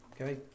Okay